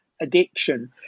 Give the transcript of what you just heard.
addiction